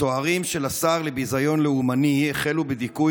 הסוהרים של השר לביזיון לאומני החלו בדיכוי